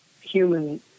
human